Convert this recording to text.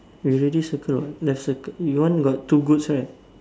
you already circle what that circle your one got two goats right